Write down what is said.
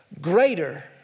Greater